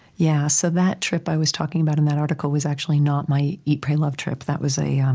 yeah. so, that trip i was talking about in that article was actually not my eat pray love trip. that was a, um